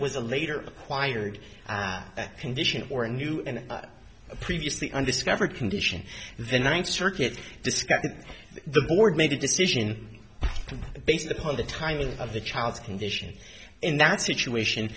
was a later wired condition or a new and a previously undiscovered condition the ninth circuit discovered the board made a decision based upon the timing of the child's condition in that situation